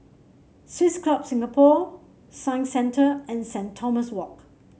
Swiss Club Singapore Science Centre and Saint Thomas Walk